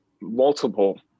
multiple